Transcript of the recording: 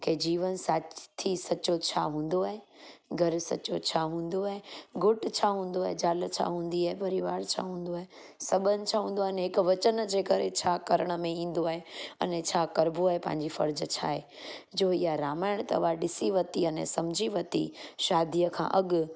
के जीवन साथी सचो छा हूंदो आहे घर सचो छा हूंदो आहे घोटु छा हूंदो आहे ज़ाल छा हूंदी आहे परिवार छा हूंदो आहे सॿंध छा हूंदो आहे अने हिक वचन जे करे छा करण में ईंदो आहे अने छा करिबो आहे पंहिंजी फर्ज़ु छा आहे जो इहा रामायण तव्हां ॾिसी वरिती अने समिझी वरिती शादीअ खां अॻु